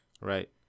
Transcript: right